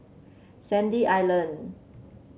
Sandy Island